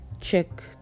check